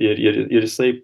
ir ir ir jisai